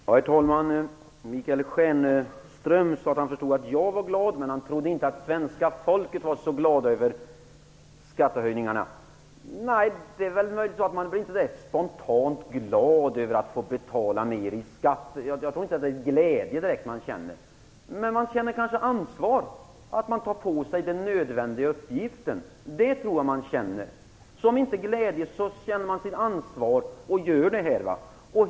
Herr talman! Michael Stjernström sade att han förstod att jag var glad, men han trodde inte att svenska folket var så glada över skattehöjningarna. Det är nog så att man inte blir spontant glad över att få betala mer i skatt. Jag tror inte att det är glädje man känner. Men man känner kanske ansvar och att man tar på sig en nödvändig uppgift. Jag tror att man känner det. Även om man inte känner glädje så känner man sitt ansvar och gör detta.